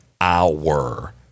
hour